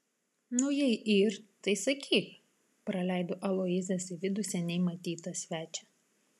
nu jei yr tai sakyk praleido aloyzas į vidų seniai matytą svečią